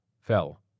fell